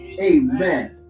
Amen